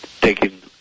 taking